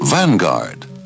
Vanguard